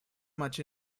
much